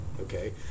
Okay